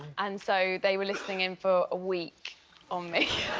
and so they were listening in for a week on me.